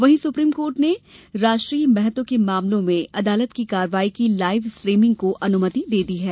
वहीं Supreme Court ने राष्ट्रीय महत्व के मामलों में अदालत की कार्यवाई की लाईव स्ट्रीमिंग को अनुमति दे दी है